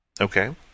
Okay